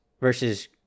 versus